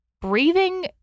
breathing